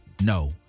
no